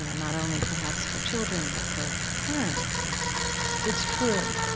you know not only, perhaps, for children, but for parents and it's true.